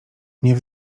nie